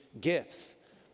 gifts